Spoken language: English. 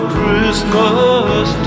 Christmas